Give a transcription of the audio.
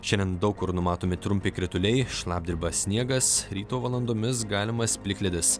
šiandien daug kur numatomi trumpi krituliai šlapdriba sniegas ryto valandomis galimas plikledis